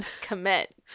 Commit